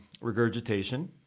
regurgitation